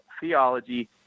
theology